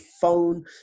phone